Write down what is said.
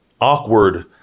awkward